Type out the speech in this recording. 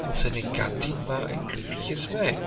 und seine gattin war ein glückliches weib